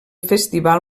festival